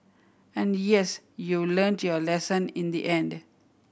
and yes you learnt your lesson in the end